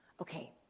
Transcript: Okay